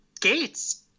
gates